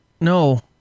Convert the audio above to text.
no